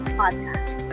podcast